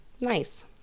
Nice